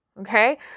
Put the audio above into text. Okay